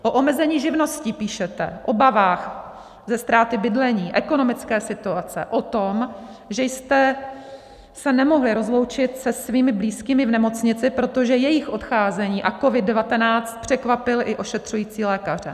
O omezení živností píšete, obavách ze ztráty bydlení, ekonomické situace, o tom, že jste se nemohli rozloučit se svými blízkými v nemocnici, protože jejich odcházení a COVID19 překvapil i ošetřující lékaře.